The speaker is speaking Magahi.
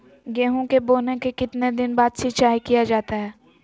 गेंहू के बोने के कितने दिन बाद सिंचाई किया जाता है?